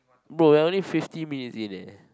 bro we're only fifty minutes in